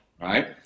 right